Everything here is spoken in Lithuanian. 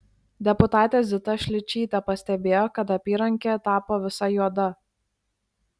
deputatė zita šličytė pastebėjo kad apyrankė tapo visa juoda